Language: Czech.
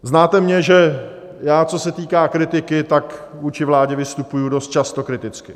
Znáte mě, že já, co se týká kritiky, tak vůči vládě vystupuji dost často kriticky.